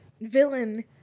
villain